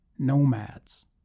nomads